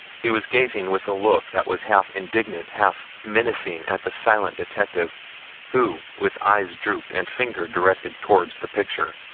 he was gazing with a look that was half indignant, half menacing at the silent detective who with eyes drooped and finger directed towards the picture,